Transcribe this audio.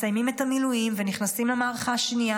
מסיימים את המילואים ונכנסים למערכה השנייה,